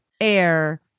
air